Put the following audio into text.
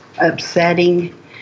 upsetting